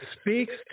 speaks